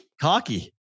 Cocky